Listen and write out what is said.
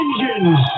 engines